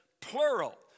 plural